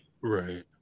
right